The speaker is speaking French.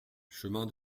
chemin